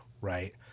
Right